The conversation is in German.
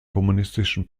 kommunistischen